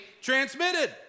transmitted